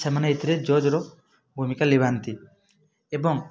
ସେମାନେ ଏଇଥିରେ ଜଜ୍ର ଭୂମିକା ଲିଭାନ୍ତି ଏବଂ